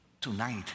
tonight